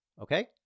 Okay